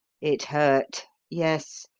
it hurt yes,